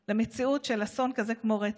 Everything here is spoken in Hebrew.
למציאות של אסון כזה כמו רצח.